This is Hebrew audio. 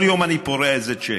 כל יום אני פורע איזה צ'ק,